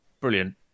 brilliant